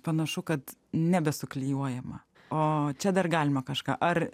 panašu kad nebesuklijuojama o čia dar galima kažką ar